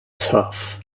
tough